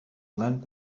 land